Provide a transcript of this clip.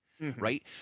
right